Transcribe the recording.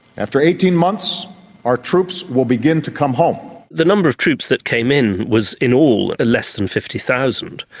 after eighteen months our troops will begin to come home. the number of troops that came in was in all ah less than fifty thousand.